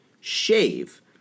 shave